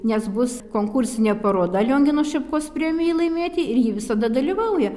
nes bus konkursinė paroda liongino šepkos premijai laimėti ir ji visada dalyvauja